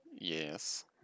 Yes